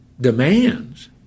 demands